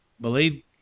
believe